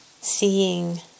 seeing